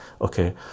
okay